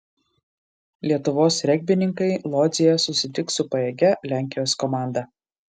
lietuvos regbininkai lodzėje susitiks su pajėgia lenkijos komanda